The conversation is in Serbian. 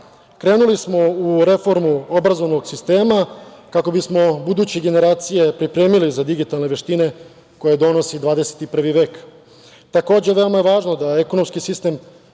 smo u reformu obrazovnog sistema kako bismo buduće generacije pripremili za digitalne veštine koje donosi 21.